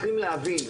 צריכים להבין,